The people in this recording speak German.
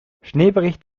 schneebericht